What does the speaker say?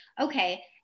okay